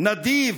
נדיב...